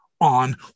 on